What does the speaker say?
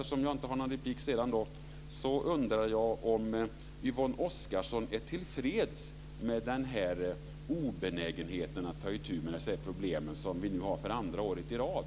Eftersom jag inte har fler repliker undrar jag om Yvonne Oscarsson är tillfreds med den obenägenhet att ta itu med problemen som vi nu ser för andra året i rad.